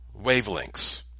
wavelengths